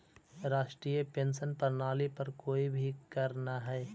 राष्ट्रीय पेंशन प्रणाली पर कोई भी करऽ न हई